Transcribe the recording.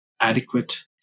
adequate